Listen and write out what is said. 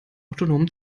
autonomen